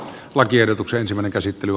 lakiehdotuksen sivonen käsittely